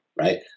right